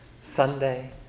Sunday